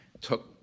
took